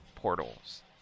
Portals